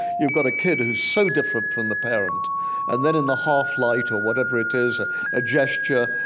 you've got a kid who's so different from the parent and then in the half-light or whatever it is a gesture,